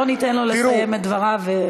בוא ניתן לו לסיים את דבריו.